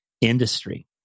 industry